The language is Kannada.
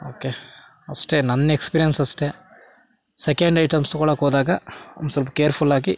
ಓಕೆ ಅಷ್ಟೆ ನನ್ನ ಎಕ್ಸ್ಪೀರಿಯನ್ಸ್ ಅಷ್ಟೆ ಸೆಕೆಂಡ್ ಐಟಮ್ಸ್ ತೊಗೊಳಕ್ಕೋದಾಗ ಒಂದು ಸ್ವಲ್ಪ ಕೇರ್ಫುಲ್ಲಾಗಿ